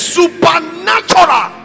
supernatural